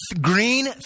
green